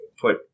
put